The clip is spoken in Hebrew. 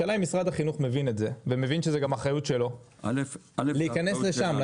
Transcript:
השאלה אם משרד החינוך מבין את זה ומבין שזו גם אחריות שלו להכנס לשם,